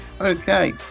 okay